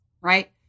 right